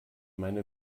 meine